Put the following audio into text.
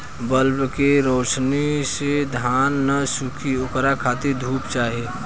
bulb के रौशनी से धान न सुखी ओकरा खातिर धूप चाही